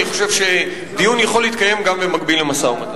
אני חושב שדיון יכול להתקיים גם במקביל למשא-ומתן.